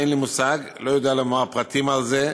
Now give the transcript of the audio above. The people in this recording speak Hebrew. אין לי מושג, לא יודע לומר פרטים על זה,